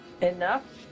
enough